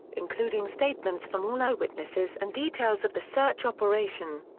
including statements from all eyewitnesses and details of the search operation.